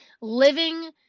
living